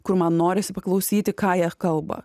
kur man norisi paklausyti ką jie kalba